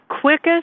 quickest